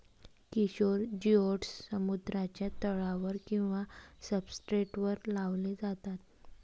किशोर जिओड्स समुद्राच्या तळावर किंवा सब्सट्रेटवर लावले जातात